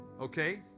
Okay